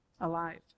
alive